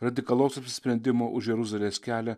radikalaus apsisprendimo už jeruzalės kelią